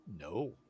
no